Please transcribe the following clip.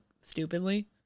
stupidly